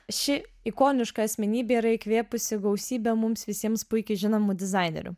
ši ikoniška asmenybė yra įkvėpusi gausybę mums visiems puikiai žinomų dizainerių